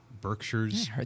Berkshires